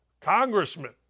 congressman